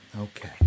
Okay